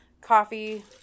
coffee